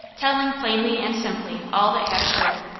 telling plainly and simply all that had occurred.